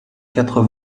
quatre